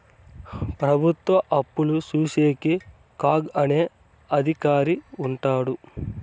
ప్రభుత్వ అప్పులు చూసేకి కాగ్ అనే అధికారి ఉంటాడు